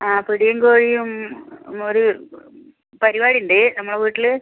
ആ പിടിയും കോഴിയും ഒരു പരിപാടി ഉണ്ട് നമ്മളെ വീട്ടിൽ